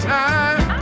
time